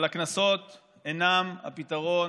אבל הקנסות אינם הפתרון,